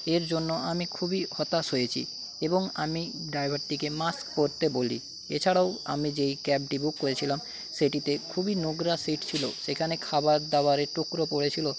এর জন্য আমি খুবই হতাশ হয়েছি এবং আমি ডাইভারটিকে মাস্ক পরতে বলি এছাড়াও আমি যেই ক্যাবটি বুক করেছিলাম সেটিতে খুবই নোংরা সিট ছিলো সেখানে খাবারদাবারের টুকরো পড়েছিলো